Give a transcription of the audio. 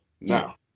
Now